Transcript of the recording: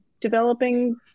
developing